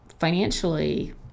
Financially